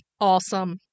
Awesome